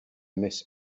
miss